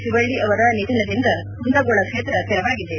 ಶಿವಳ್ಳ ಅವರ ನಿಧನದಿಂದ ಕುಂದಗೋಳ ಕ್ಷೇತ್ರ ತೆರವಾಗಿದೆ